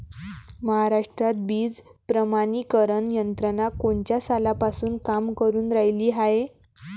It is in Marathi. महाराष्ट्रात बीज प्रमानीकरण यंत्रना कोनच्या सालापासून काम करुन रायली हाये?